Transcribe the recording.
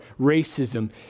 racism